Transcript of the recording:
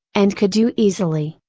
and could do easily,